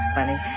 Funny